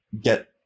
get